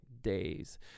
days